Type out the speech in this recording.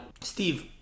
Steve